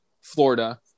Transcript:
Florida